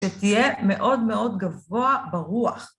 שתהיה מאוד מאוד גבוה ברוח.